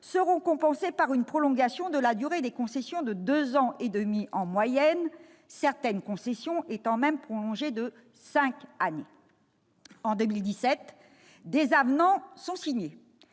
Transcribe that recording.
seront compensés par une prolongation de la durée des concessions de deux ans et demi en moyenne, certaines concessions étant même prolongées de cinq années. En 2017, des avenants ont été signés.